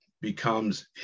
becomes